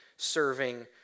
serving